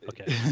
Okay